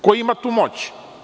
Ko ima tu moć?